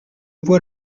vois